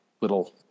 little